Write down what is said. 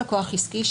לקוח עסקי,